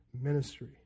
ministry